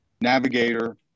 navigator